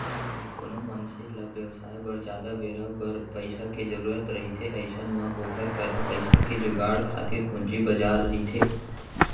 कोनो मनसे ल बेवसाय बर जादा बेरा बर पइसा के जरुरत रहिथे अइसन म ओखर करा पइसा के जुगाड़ खातिर पूंजी बजार रहिथे